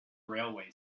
railway